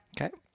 Okay